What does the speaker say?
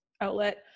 outlet